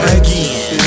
again